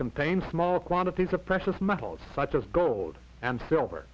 contains small quantities of precious metals such as gold and silver